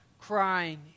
crying